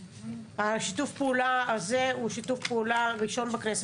שיתוף הפעולה הזה הוא שיתוף פעולה ראשון בכנסת.